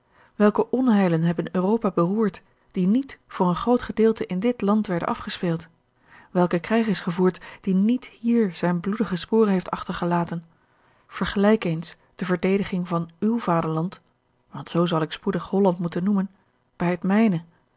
welke onheilen hebben europa beroerd die niet voor een groot gedeelte in dit land werden afgespeeld welke krijg is gevoerd die niet hier zijne bloedige sporen heeft achtergelaten vergelijk eens de verdediging van uw vaderland want zoo zal ik spoedig holland moeten noemen bij het mijne